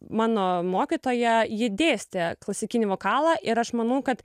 mano mokytoja ji dėstė klasikinį vokalą ir aš manau kad